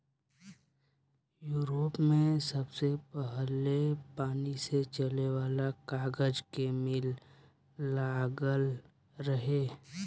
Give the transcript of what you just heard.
Europe में सबसे पहिले पानी से चले वाला कागज के मिल लागल रहे